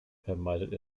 vermeidet